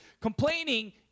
Complaining